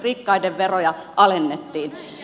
rikkaiden veroja alennettiin